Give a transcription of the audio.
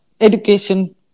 education